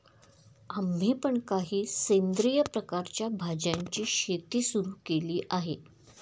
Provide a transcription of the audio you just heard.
आम्ही पण काही सेंद्रिय प्रकारच्या भाज्यांची शेती सुरू केली आहे